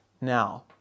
now